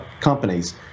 companies